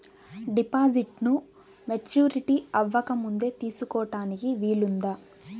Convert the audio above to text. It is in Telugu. డిపాజిట్ను మెచ్యూరిటీ అవ్వకముందే తీసుకోటానికి వీలుందా?